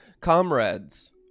comrades